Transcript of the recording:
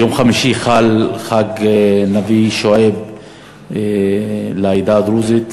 ביום חמישי חל חג נבי שועייב לעדה הדרוזית.